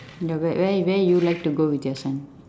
no wh~ where where you would like to go with your son